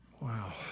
Wow